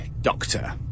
Doctor